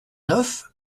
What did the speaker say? neuf